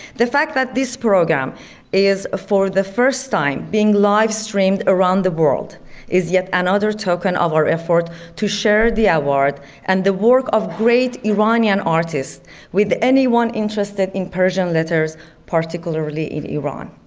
the fact that this program is ah for the first time being live-streamed around the world is yet another token of our effort to share the award and the work of great iranian artists with anyone interested in persian letters particularly in iran.